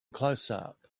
closeup